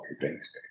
thanks